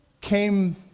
came